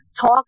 talk